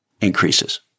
increases